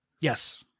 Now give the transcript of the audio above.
yes